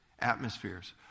Atmospheres